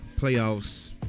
playoffs